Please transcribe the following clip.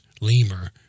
lemur